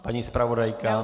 Paní zpravodajka?